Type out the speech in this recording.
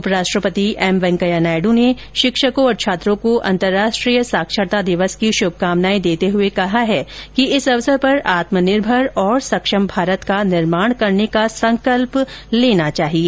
उपराष्ट्रपति एम वेंकैया नायड़ ने शिक्षकों और छात्रों को अंतरराष्ट्रीय साक्षरता दिवस की शुभकामनाएं देते हए कहा है कि इस अवसर पर आत्मनिर्भर और सक्षम भारत का निर्माण करने का संकल्प लेना चाहिए